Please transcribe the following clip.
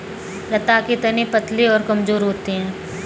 लता के तने पतले और कमजोर होते हैं